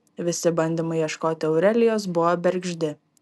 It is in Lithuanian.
visi bandymai ieškoti aurelijos buvo bergždi